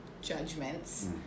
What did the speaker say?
judgments